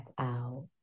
out